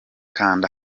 kanda